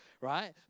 Right